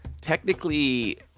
Technically